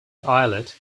islet